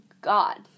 God